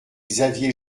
xavier